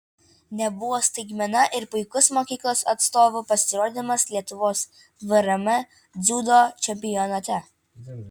nebuvo staigmena ir puikus mokyklos atstovų pasirodymas lietuvos vrm dziudo čempionate